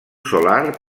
solar